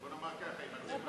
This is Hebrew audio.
בוא נאמר ככה, אם אתם